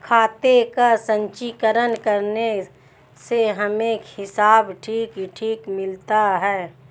खाते का संचीकरण करने से हमें हिसाब ठीक ठीक मिलता है